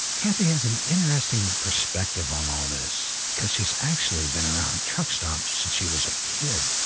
cathy has an interesting perspective on all this, because she's actually been around truck stops since she was a kid.